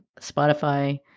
Spotify